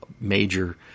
major